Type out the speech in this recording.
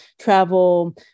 travel